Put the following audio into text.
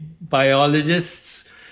biologists